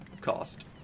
cost